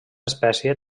espècie